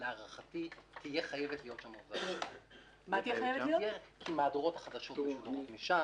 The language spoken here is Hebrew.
להערכתי תהיה חייבת להיות שם עבודה בשבת כי מהדורות החדשות משודרות משם.